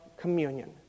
communion